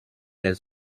les